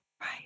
Right